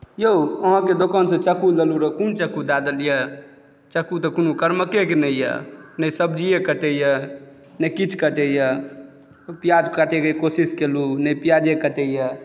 यौ अहाँकेँ दोकानसँ चक्कु लेने रहौ कोण चक्कु दए देलिऐ चक्कु तऽ कोनो कर्मके नहि यऽ नहि सब्जिए कटैए नहि किछु कटैए प्याज काटैके कोशिश केलहुँ नहि प्याजे कटैए